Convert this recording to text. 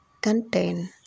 contain